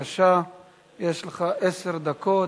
בבקשה, יש לך עשר דקות.